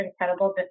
incredible